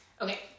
Okay